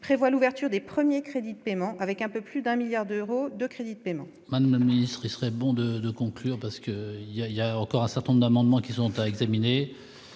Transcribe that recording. prévoit l'ouverture des premiers crédits de paiement avec un peu plus d'un milliard d'euros de crédits de paiement. Maintenant ministre, il serait bon de de conclure parce que il y a, il y a encore un certain nombre d'amendements qui sont à examiner.